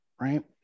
right